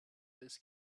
this